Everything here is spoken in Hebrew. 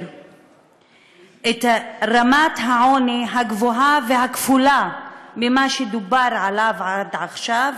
את רמת העוני הגבוהה והכפולה ממה שדובר עליו עד עכשיו